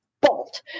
Bolt